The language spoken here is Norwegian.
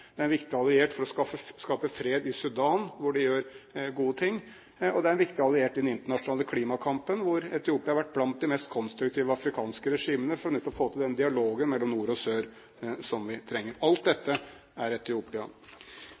det er en viktig alliert for å skape fred i Sudan, hvor de gjør gode ting, og det er en viktig alliert i den internasjonale klimakampen, hvor Etiopia har vært blant de mest konstruktive afrikanske regimene for nettopp å få til den dialogen mellom nord og sør som vi trenger. Alt dette er